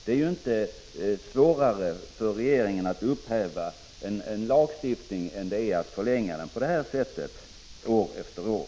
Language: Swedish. Det är ju inte svårare för regeringen att upphäva en lag än att förlänga den år efter år.